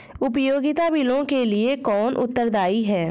उपयोगिता बिलों के लिए कौन उत्तरदायी है?